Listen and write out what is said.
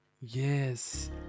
Yes